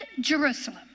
Jerusalem